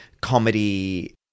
comedy